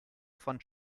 von